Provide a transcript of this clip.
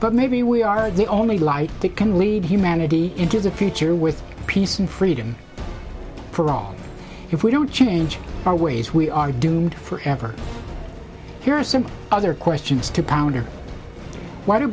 but maybe we are the only light that can lead humanity into the future with peace and freedom for all if we don't change our ways we are doomed forever here are some other questions to ponder w